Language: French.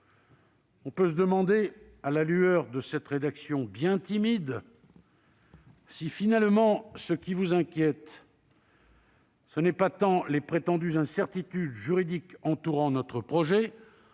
On peut se demander, à la lueur de cette rédaction bien timide, si ce qui vous inquiète, finalement, ne réside pas tant dans les prétendues incertitudes juridiques entourant notre projet